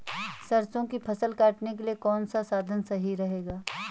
सरसो की फसल काटने के लिए कौन सा साधन सही रहेगा?